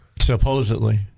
Supposedly